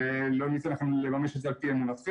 לא ניתן לכם לממש את זה על פי אמונתכם.